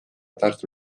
tartu